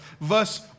verse